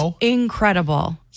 incredible